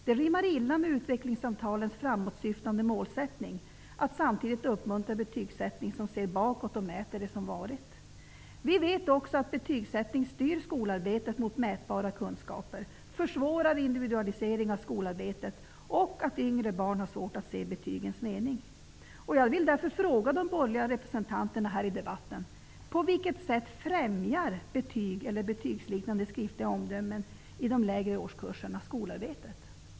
Det rimmar illa med utvecklingssamtalens framåtsyftande målsättning att samtidigt uppmuntra betygsättning som ser bakåt och mäter det som varit. Vi vet också att betygsättning styr skolarbetet mot mätbara kunskaper, försvårar individualisering av skolarbetet och att yngre barn har svårt att se betygens mening. Jag vill därför fråga de borgerliga representanterna här i debatten följande. På vilket sätt främjar betyg eller betygsliknande omdömen i de lägre årskurserna skolarbetet?